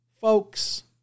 Folks